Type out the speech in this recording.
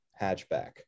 hatchback